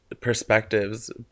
perspectives